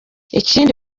ikindi